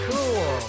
Cool